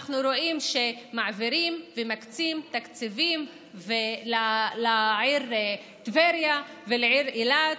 אנחנו רואים שמעבירים ומקצים תקציבים לעיר טבריה ולעיר אילת,